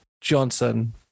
Johnson